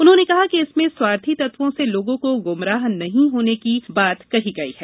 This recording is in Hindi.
उन्होंने कहा कि इसमें स्वार्थी तत्वों से लोगों को गुमराह नहीं होने की भी बात कही गई है